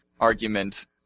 argument